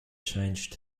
changed